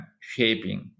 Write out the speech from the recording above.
shaping